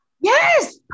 Yes